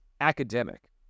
academic